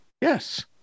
Yes